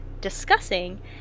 discussing